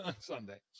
Sunday